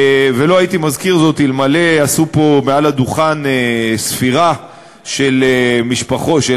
ולא הייתי מזכיר זאת אלמלא עשו פה מעל הדוכן ספירה של ההרוגים,